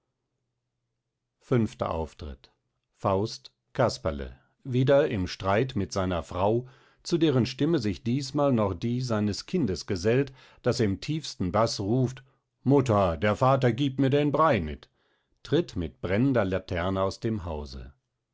fünfter auftritt faust casperle wieder im streit mit seiner frau zu deren stimme sich dießmal noch die seines kindes gesellt das im tiefsten baß ruft mutter der vatter giebt mir den brei nit tritt mit brennender laterne aus dem hause